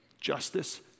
Justice